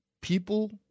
people